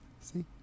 See